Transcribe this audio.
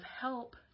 help